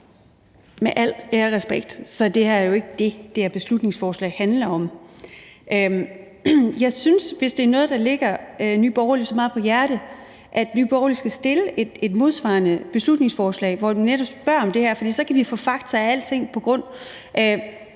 Med al ære og respekt vil jeg sige, at det jo ikke er det, det her beslutningsforslag handler om. Hvis det er noget, der ligger Nye Borgerlige så meget på sinde, synes jeg, at Nye Borgerlige skal fremsætte et modsvarende beslutningsforslag, hvor de netop spørger om det her, for så kan vi få fakta og alting som grundlag.